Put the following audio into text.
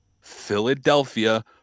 Philadelphia